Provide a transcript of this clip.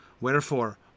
Wherefore